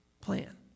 plan